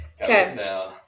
Okay